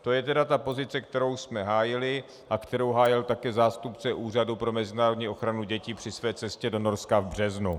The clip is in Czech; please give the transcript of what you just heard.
To je tedy ta pozice, kterou jsme hájili a kterou hájil také zástupce Úřadu pro mezinárodněprávní ochranu dětí při své cestě do Norska v březnu.